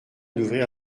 d’ouvrir